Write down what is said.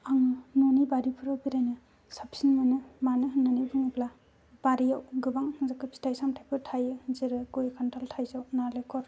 आं न'नि बारिफ्राव बेरायनो साबसिन मोनो मानो होन्नानै बुङोब्ला बारियाव गोबां फिथाय सामथायफोर थायो जेरै गय खान्थाल नारेंखल